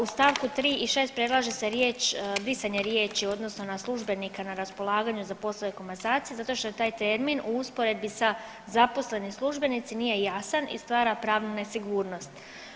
U st. 3. i 6. predlaže se riječ, brisanje riječi odnosno na službenika na raspolaganju za poslove komasacije zato što je taj termin u usporedbi sa zaposleni službenici nije jasan i stvara pravnu nesigurnost.